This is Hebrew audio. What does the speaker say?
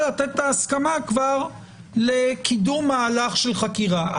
כבר לתת את ההסכמה לקידום מהלך של חקירה.